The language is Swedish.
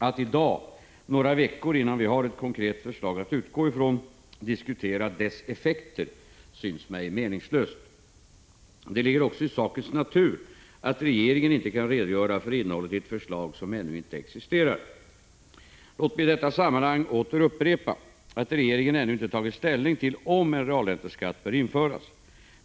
Att i dag, några veckor innan vi har ett konkret förslag att utgå ifrån, diskutera dess effekter synes mig meningslöst. Det ligger också i sakens natur att regeringen inte kan redogöra för innehållet i ett förslag som ännu inte existerar. Låt mig i detta sammanhang åter upprepa att regeringen ännu inte tagit ställning till om en realränteskatt bör införas.